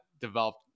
developed